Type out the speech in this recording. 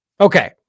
Okay